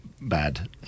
bad